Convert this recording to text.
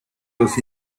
los